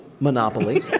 Monopoly